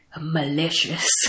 malicious